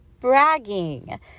bragging